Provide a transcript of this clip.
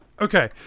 Okay